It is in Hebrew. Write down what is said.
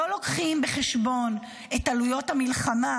לא לוקחים בחשבון את עלויות המלחמה,